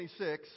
26